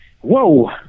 whoa